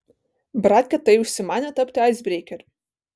bratkė tai užsimanė tapti aisbreikeriu